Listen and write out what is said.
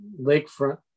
lakefront